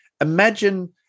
imagine